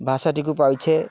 ଭାଷାଟିକୁ ପାଉଛେ